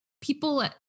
people